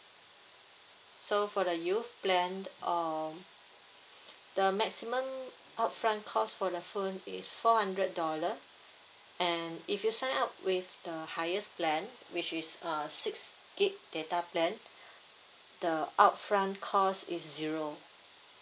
so for the youth plan um the maximum upfront cost for the phone is four hundred dollar and if you sign up with the highest plan which is err six gig data plan the upfront cost is zero